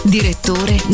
Direttore